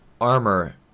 armor